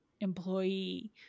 employee